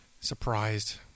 surprised